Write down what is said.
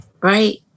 Right